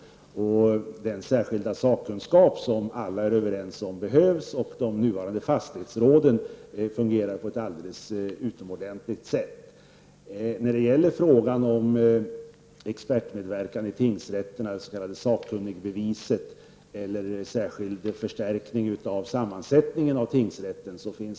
Den särskilda sakkunskap som alla är överens om behövs och de nuvarande fastighetsråden fungerar på ett alldeles utomordentligt sätt. Det finns en hel del skrivet i fråga om expertmedverkan i tingsrätterna, det s.k. sakkunnigbeviset eller en särskild förstärkning av sammansättningen av tingsrätten.